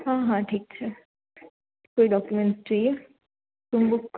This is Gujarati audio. હા હા ઠીક છે કોઈ ડોકીયુમેન્ટ જોઈએ રૂમ બુક